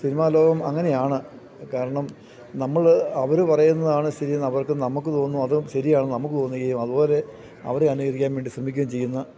cinema ലോകം അങ്ങനെയാണ് കാരണം നമ്മൾ അവർ പറയുന്നതാണ് ശരി എന്ന് അവർക്കും നമുക്ക് തോന്നും അതും ശരിയാണ് നമുക്ക് തോന്നുകയും അതുപോലെ അവരെ അനുകരിക്കാൻ വേണ്ടി ശ്രമിക്കുകയും ചെയ്യുന്ന